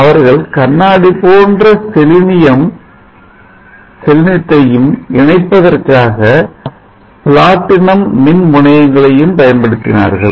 அவர்கள் கண்ணாடி போன்ற செலினியம் தையும் இணைப்பதற்காக பிளாட்டினம் மின் முனையங்களையும் பயன்படுத்தினார்கள்